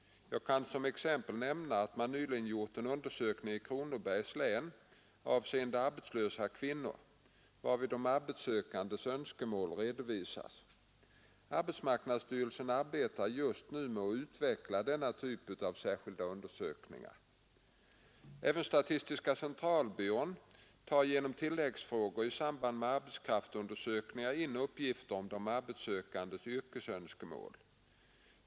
Jag kan som exempel nämna att man nyligen gjort en undersökning i Kronobergs län avseende arbetslösa kvinnor, varvid de arbetssökandes önskemål redovisas. Arbetsmarknadsstyrelsen arbetar just nu med att utveckla den här typen av särskilda undersökningar. Även statistiska centralbyrån tar genom tilläggsfrågor i samband med arbetskraftsundersökningarna in uppgifter om de arbetssökandes yrkesönskemål.